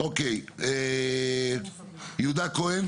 יהודה כהן.